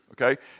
okay